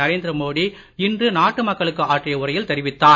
நரேந்திர மோடி இன்று நாட்டு மக்களுக்கு ஆற்றிய உரையில் தெரிவித்தார்